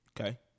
Okay